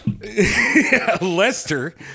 Lester